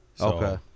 Okay